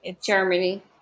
Germany